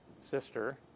sister